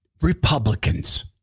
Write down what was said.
Republicans